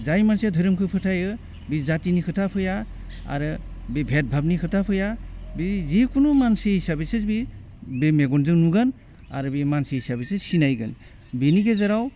जाय मानसिया धोरोमखौ फोथायो बि जाथिनि खोथा फैया आरो बि भेट भाबनि खोथा फैया बि जिखुनि मानसि हिसाबैसो बि बे मेगनजों नुगोन आरो बे मानसि हिसाबैसो सिनायगोन बेनि गेजेराव